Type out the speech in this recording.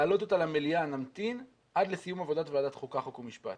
וכדי להעלות אותה למליאה נמתין עד לסיום עבודת ועדת החוקה חוק ומשפט?